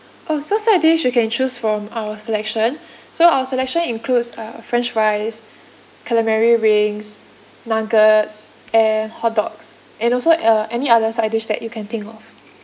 oh so side dish you can choose from our selection so our selection includes uh french fries calamari rings nuggets and hotdogs and also uh any other side dish that you can think of